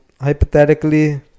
hypothetically